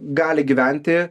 gali gyventi